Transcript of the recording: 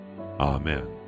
Amen